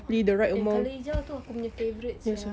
ah yang colour hijau tu aku punya favourite sia